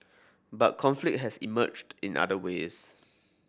but conflict has emerged in other ways